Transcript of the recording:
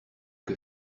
que